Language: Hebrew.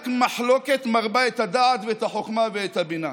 רק מחלוקת מרבה את הדעת ואת החוכמה ואת הבינה.